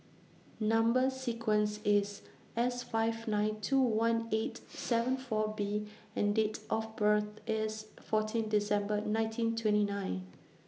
Number sequence IS S five nine two one eight seven four B and Date of birth IS fourteen December nineteen twenty nine